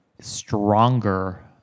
stronger